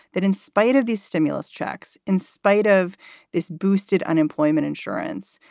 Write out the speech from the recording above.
that in spite of these stimulus checks, in spite of this boosted unemployment insurance,